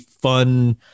fun